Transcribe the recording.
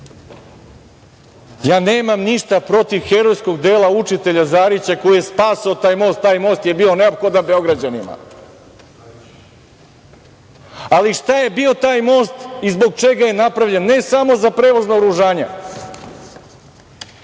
nemam ništa protiv herojskog dela učitelja Zarića, koji je spasao taj most, taj most je bio neophodan Beograđanima, ali šta je bio taj most i zbog čega je napravljen? Ne samo za prevoz naoružanja,